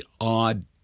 odd